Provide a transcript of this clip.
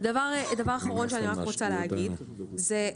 דבר אחרון שאני רוצה להגיד זה,